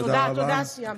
תודה, סיימתי.